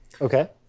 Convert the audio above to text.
Okay